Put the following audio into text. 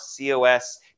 COS